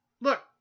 Look